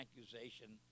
accusation